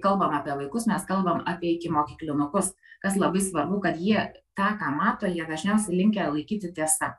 kalbam apie vaikus mes kalbam apie ikimokyklinukus kas labai svarbu kad jie tą ką mato jie dažniausiai linkę laikyti tiesa